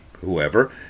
whoever